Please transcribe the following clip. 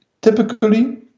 typically